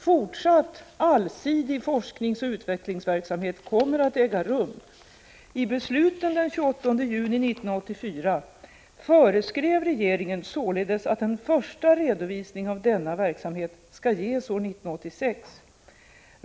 Fortsatt allsidig forskningsoch utvecklingsverksamhet kommer att äga rum. I besluten den 28 juni 1984 föreskrev regeringen således att en första redovisning av denna verksamhet skall ges år 1986.